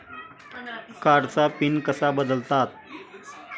कार्डचा पिन कसा बदलतात?